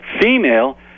female